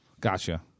Gotcha